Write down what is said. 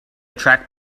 track